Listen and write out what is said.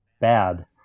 bad